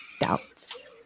doubts